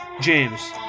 James